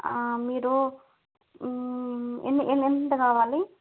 మీరు ఎన్ని ఎన్ని ఎంత కావాలి